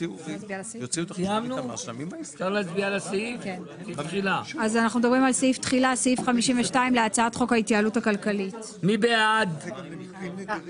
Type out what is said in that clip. רוויזיה על הסתייגות מספר 20. מי בעד קבלת הרוויזיה?